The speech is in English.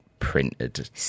Printed